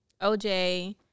OJ